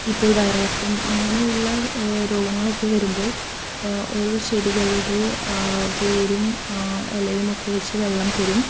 ഇപ്പോൾ വയറിളക്കം അങ്ങനെയുള്ള രോഗങ്ങളൊക്കെ വരുമ്പോൾ ഓരോ ചെടികളുടെ വേരും ഇലയുമൊക്കെ വച്ച് വെള്ളം തരും